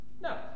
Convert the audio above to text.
No